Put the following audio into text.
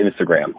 Instagram